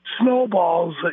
snowballs